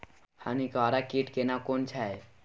हानिकारक कीट केना कोन छै?